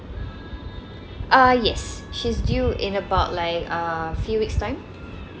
uh yes she's due in about like um few weeks time